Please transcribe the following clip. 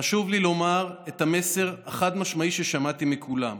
חשוב לי לומר את המסר החד-משמעי ששמעתי מכולם.